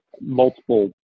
multiple